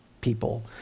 people